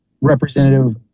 representative